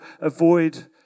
avoid